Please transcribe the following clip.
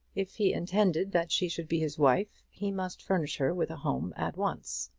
if he intended that she should be his wife, he must furnish her with a home at once.